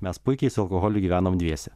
mes puikiai su alkoholiu gyvenom dviese